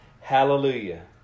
Hallelujah